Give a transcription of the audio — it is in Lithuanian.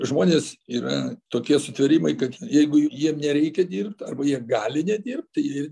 žmonės yra tokie sutvėrimai kad jeigu jiem nereikia dirbt arba jie gali nedirbt tai jie ir